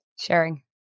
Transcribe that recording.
sharing